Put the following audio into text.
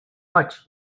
much